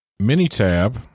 Minitab